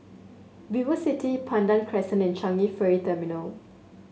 VivoCity Pandan Crescent and Changi Ferry Terminal